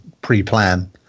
pre-plan